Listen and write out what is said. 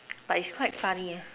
but it's quite funny